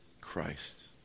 Christ